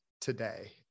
today